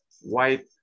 white